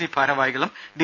C ഭാരവാഹികളും D